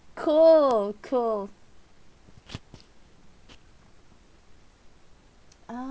cool cool